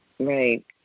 Right